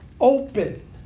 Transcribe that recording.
open